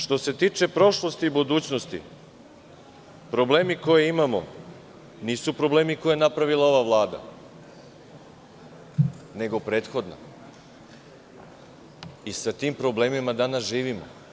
Što se tiče prošlosti i budućnosti, problemi koje imamo nisu problemi koje je napravila ova Vlada, nego prethodna i sa tim problemima danas živimo.